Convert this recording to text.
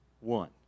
One